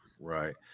Right